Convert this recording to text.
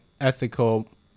ethical